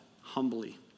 humbly